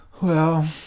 Well